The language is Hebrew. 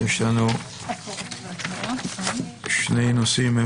יש לנו שני נושאים.